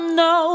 no